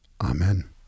Amen